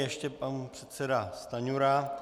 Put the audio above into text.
Ještě pan předseda Stanjura.